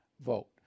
vote